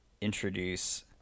introduce